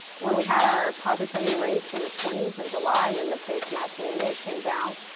when we had our positivity rates in the twenty s in july and then the face mask mandate came down.